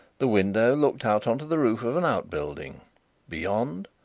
the window looked out on to the roof of an outbuilding beyond,